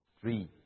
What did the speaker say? three